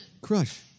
Crush